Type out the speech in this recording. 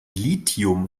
lithium